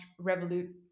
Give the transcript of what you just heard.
Revolut